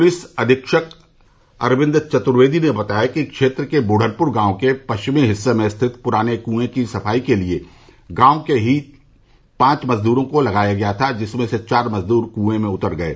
police अधीक्षक अरविन्द चतुर्वेदी ने बताया कि क्षेत्र के बुढ़नपुर गांव के पश्चिमी हिस्से में स्थित पुराने कुएं की सफाई के लिये गांव के ही पांच मजदूरों को लगाया गया था जिसमें से चार मजदूर कुएं में उतर गये